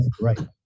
right